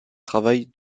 travail